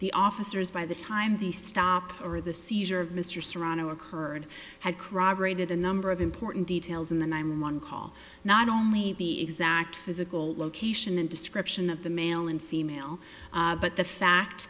the officers by the time the stop or the seizure of mr serrano occurred had corroborated a number of important details in the i'm one call not only the exact physical location and description of the male and female but the fact